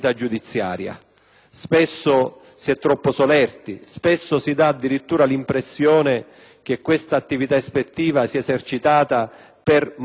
Spesso si è troppo solerti e si dà addirittura l'impressione che l'attività ispettiva sia esercitata per mortificare